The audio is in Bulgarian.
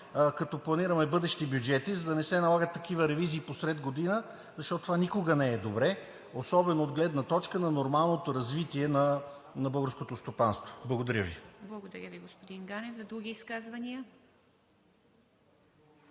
като планираме бъдещи бюджети, за да не се налагат такива ревизии посред година, защото това никога не е добре, особено от гледна точка на нормалното развитие на българското стопанство. Благодаря Ви. ПРЕДСЕДАТЕЛ ИВА МИТЕВА: Благодаря Ви, господин Ганев. Други изказвания?